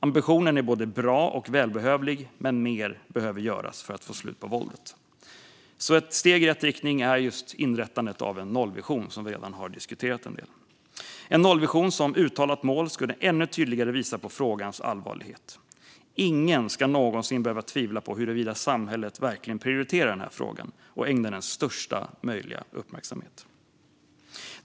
Ambitionen är både bra och välbehövlig. Men mer behöver göras för att få slut på våldet. Ett steg i rätt riktning är just inrättandet av en nollvision, som vi redan har diskuterat en del. En nollvision som uttalat mål skulle ännu tydligare visa på frågans allvarlighet. Ingen ska någonsin behöva tvivla på huruvida samhället verkligen prioriterar denna fråga och ägnar den största möjliga uppmärksamhet.